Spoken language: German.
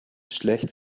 schlecht